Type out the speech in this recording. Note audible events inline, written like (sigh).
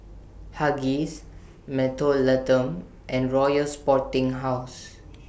(noise) Huggies Mentholatum and Royal Sporting House